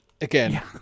Again